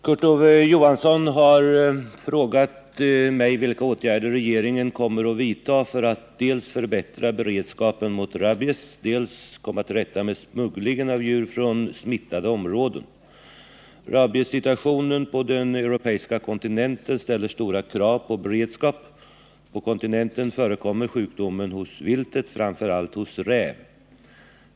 Herr talman! Kurt Ove Johansson har frågat mig vilka åtgärder regeringen kommer att vidtaga för att dels förbättra beredskapen mot rabies, dels komma till rätta med smugglingen av djur från smittade områden. Rabiessituationen på den europeiska kontinenten ställer stora krav på beredskap. På kontinenten förekommer sjukdomen hos viltet, framför allt hos räv.